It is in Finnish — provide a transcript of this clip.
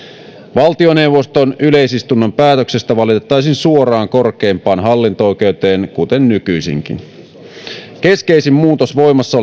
valtioneuvoston yleisistunnon päätöksestä valitettaisiin suoraan korkeimpaan hallinto oikeuteen kuten nykyisinkin keskeisin muutos voimassa